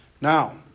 Now